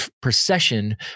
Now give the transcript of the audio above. procession